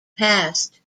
past